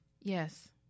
Yes